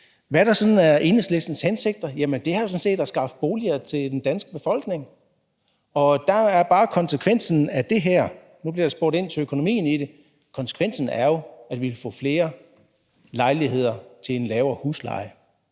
Hvad der er Enhedslistens hensigter, er jo sådan set at skaffe boliger til den danske befolkning, og der er konsekvensen af det her bare – nu bliver der spurgt ind til økonomien i det – at vi vil få flere lejligheder til en lavere husleje,